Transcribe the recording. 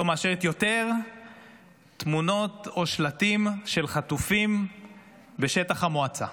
לא מאשרת יותר תמונות או שלטים של חטופים בשטח המועצה.